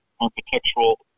architectural